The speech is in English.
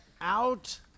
out